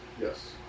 Yes